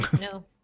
No